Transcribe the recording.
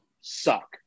suck